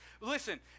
Listen